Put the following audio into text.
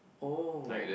oh